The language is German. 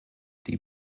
die